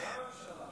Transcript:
זה גם הממשלה.